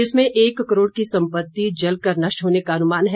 इसमें एक करोड़ की सम्पति जल कर नष्ट होने का अनुमान है